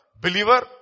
believer